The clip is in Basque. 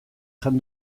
jan